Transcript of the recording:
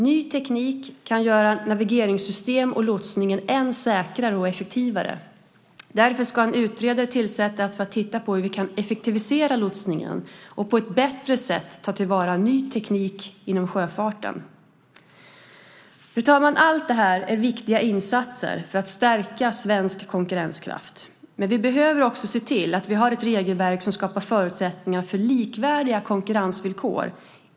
Ny teknik kan göra navigeringssystem och lotsning ännu säkrare och effektivare. Därför ska en utredare tillsättas för att titta på hur vi kan effektivisera lotsningen och på ett bättre sätt ta till vara ny teknik inom sjöfarten. Fru talman! Allt detta är viktiga insatser för att stärka svensk konkurrenskraft. Vi behöver också se till att vi har ett regelverk som skapar förutsättningar för likvärdiga konkurrensvillkor.